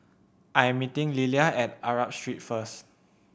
I am meeting Lilia at Arab Street first